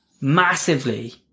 massively